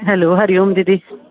हलो हरि ओम दीदी